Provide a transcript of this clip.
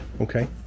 Okay